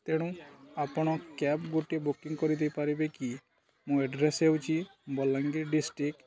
ତେଣୁ ଆପଣ କ୍ୟାବ୍ ଗୋଟେ ବୁକିଂ କରିଦେଇପାରିବେ କି ମୋ ଏଡ୍ରେସ୍ ହେଉଛିି ବଲାଙ୍ଗୀର ଡିଷ୍ଟ୍ରିକ୍ଟ